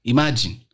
Imagine